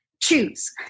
Choose